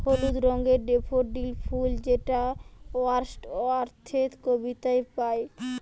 হলুদ রঙের ডেফোডিল ফুল যেটা ওয়ার্ডস ওয়ার্থের কবিতায় পাই